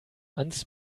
ans